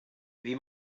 wie